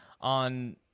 on